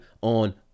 on